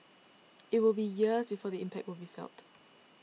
it will be years before the impact will be felt